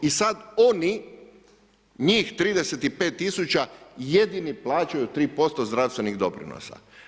I sad oni, njih 35 000 jedini plaćaju 3% zdravstvenih doprinosa.